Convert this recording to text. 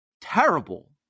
terrible